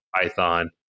Python